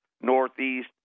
northeast